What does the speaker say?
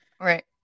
Right